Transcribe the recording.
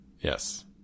Yes